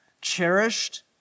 cherished